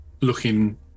looking